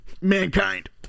Mankind